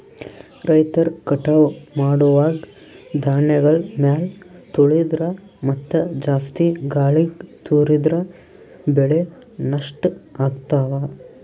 ರೈತರ್ ಕಟಾವ್ ಮಾಡುವಾಗ್ ಧಾನ್ಯಗಳ್ ಮ್ಯಾಲ್ ತುಳಿದ್ರ ಮತ್ತಾ ಜಾಸ್ತಿ ಗಾಳಿಗ್ ತೂರಿದ್ರ ಬೆಳೆ ನಷ್ಟ್ ಆಗ್ತವಾ